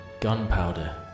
gunpowder